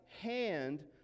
hand